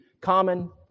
common